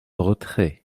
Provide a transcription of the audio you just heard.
retrait